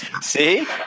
See